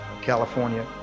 California